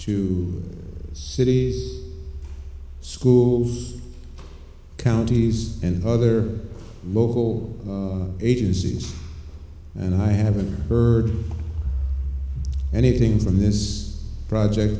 to city schools counties and other local agencies and i haven't heard anything from this project